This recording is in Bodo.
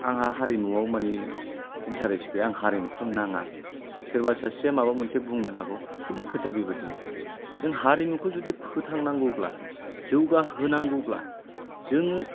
आंहा हारिमुआव माने इन्टारेस्ट गैया आंनो हारिमुखौ नाङा सोरबा सासेया माबा मोनसे बुंनो हागौ किन्तु खोथाया बेबायदि नङा जों हारिमुखौ जुदि फोथांनांगौब्ला जौगाहोनांगौब्ला जोङो